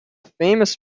famous